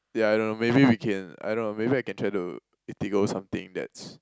ya I don't know maybe we can I don't know maybe I can try to Eatigo something that's